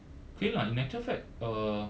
okay lah in actual fact uh